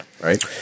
right